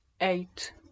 Eight